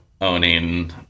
owning